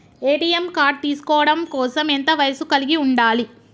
ATM card తీసుకోవడం కోసం ఎంత వయస్సు కలిగి ఉండాలి?